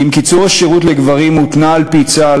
כי אם קיצור השירות לגברים מותנה על-פי צה"ל